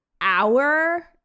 hour